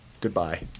Goodbye